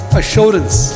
assurance